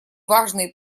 важные